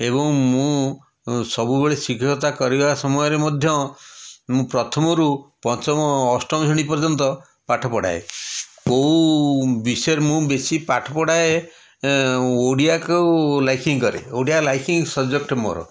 ଏବଂ ମୁଁ ସବୁବେଳେ ଶିକ୍ଷକତା କରିବା ସମୟରେ ମଧ୍ୟ ମୁଁ ପ୍ରଥମରୁ ପଞ୍ଚମ ଅଷ୍ଟମ ଶ୍ରେଣୀ ପର୍ଯ୍ୟନ୍ତ ପାଠ ପଢ଼ାଏ କେଉଁ ବିଷୟରେ ମୁଁ ବେଶୀ ପାଠ ପଢ଼ାଏ ଓଡ଼ିବାକୁ ଲାଇକିଂ କରେ ଓଡ଼ିଆ ଲାଇକିଂ ସବଜେକ୍ଟ୍ ମୋର